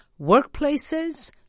workplaces